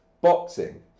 boxing